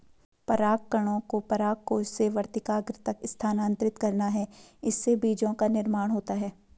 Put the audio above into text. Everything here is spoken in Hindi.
परागकणों को परागकोश से वर्तिकाग्र तक स्थानांतरित करना है, इससे बीजो का निर्माण होता है